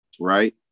Right